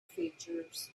features